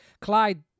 Clyde